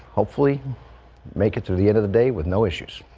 hopefully make it to the end of the day with no issues.